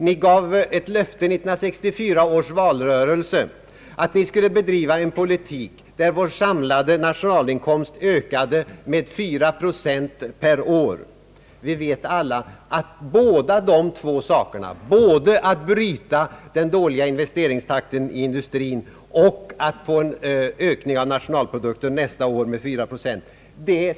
Ni gav ett löfte i 1964 års valrörelse att bedriva en politik, där vår samlade nationalinkomst ökade med 4 procent per år. Vi vet alla att ni nu säger er inte klara av att både bryta den dåliga investeringstakten i industrin och att få en ökning av nationalprodukten under nästa år med 4 procent.